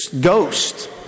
ghost